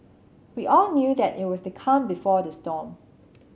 we all knew that it was the calm before the storm